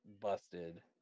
busted